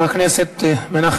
עד שחברת הכנסת לנדבר תגיע,